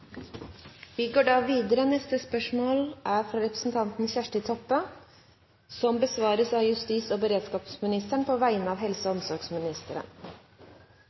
fra representanten Kjersti Toppe til helse- og omsorgsministeren, besvares av justis- og beredskapsministeren på vegne av helse- og omsorgsministeren,